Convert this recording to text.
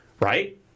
Right